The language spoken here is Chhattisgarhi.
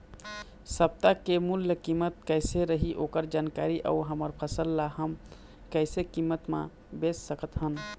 सप्ता के मूल्य कीमत कैसे रही ओकर जानकारी अऊ हमर फसल ला हम कैसे कीमत मा बेच सकत हन?